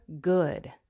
good